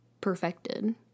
perfected